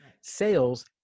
Sales